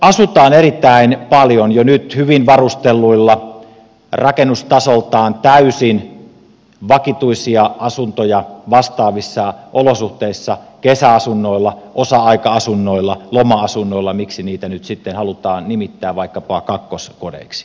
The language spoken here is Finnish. meillä myös asutaan erittäin paljon jo nyt hyvin varustelluissa rakennustasoltaan täysin vakituisia asuntoja vastaavissa olosuhteissa kesäasunnoilla osa aika asunnoilla loma asunnoilla miksi niitä nyt sitten halutaan nimittää vaikkapa kakkoskodeiksi